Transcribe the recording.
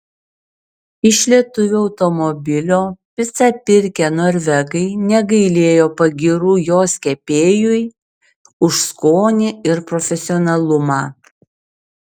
iš lietuvio automobilio picą pirkę norvegai negailėjo pagyrų jos kepėjui už skonį ir profesionalumą